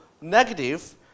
negative